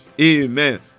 Amen